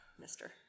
mister